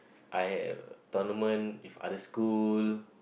I have a tournament with other school